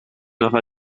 aura